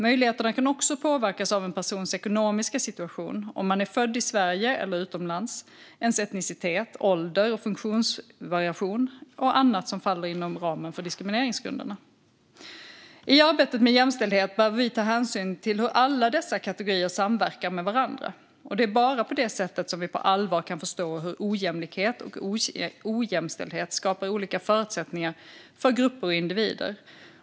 Möjligheterna kan också påverkas av en persons ekonomiska situation, om man är född i Sverige eller utomlands, ens etnicitet, ålder och funktionsvariation och annat som faller inom ramen för diskrimineringsgrunderna. I arbetet med jämställdhet behöver vi ta hänsyn till hur alla dessa kategorier samverkar med varandra. Det är bara på det sättet som vi på allvar kan förstå hur ojämlikhet och ojämställdhet skapar olika förutsättningar för grupper och individer.